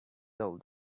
told